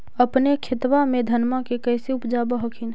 अपने खेतबा मे धन्मा के कैसे उपजाब हखिन?